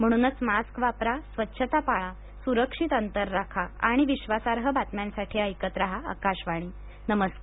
म्हणूनच मास्क वापरा स्वच्छता पाळा सुरक्षित अंतर राखा आणि विश्वासार्ह बातम्यांसाठी ऐकत राहा आकाशवाणी नमस्कार